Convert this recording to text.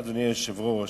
אדוני היושב-ראש,